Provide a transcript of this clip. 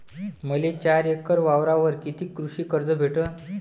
मले चार एकर वावरावर कितीक कृषी कर्ज भेटन?